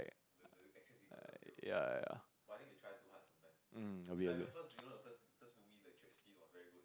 ya ya um a bit a bit